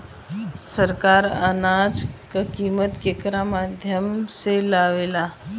सरकार अनाज क कीमत केकरे माध्यम से लगावे ले?